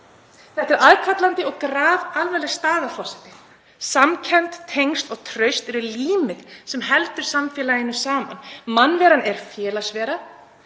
Þetta er aðkallandi og grafalvarleg staða, forseti. Samkennd, tengsl og traust eru límið sem heldur samfélaginu saman. Mannveran er félagsvera.